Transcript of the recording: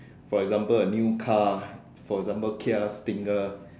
for example a new car for example kia stinger